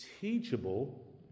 teachable